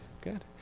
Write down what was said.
Good